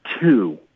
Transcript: two